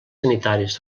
sanitaris